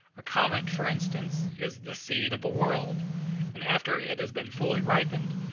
a comet, for instance, is the seed of a world and after it has been fully ripened,